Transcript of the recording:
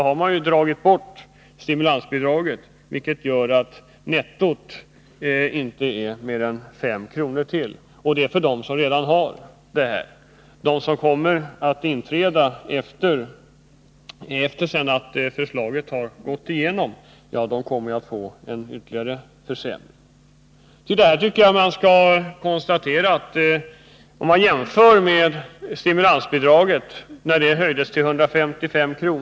har dragit bort stimulansbidraget, vilket gör att nettot inte blir mer än 5 kr. till — och det är bara till dem som redan har utbildningsbidrag. De som kommer att inträda i utbildningen efter det att förslaget har gått igenom kommer således att få en ytterligare försämring. Till detta tycker jag att man skall konstatera att om man jämför stimulansbidragets värde när det höjdes till 155 kr.